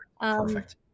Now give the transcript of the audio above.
perfect